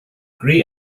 grey